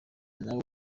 nawe